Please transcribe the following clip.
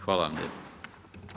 Hvala vam lijepo.